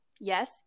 Yes